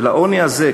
ולעוני הזה,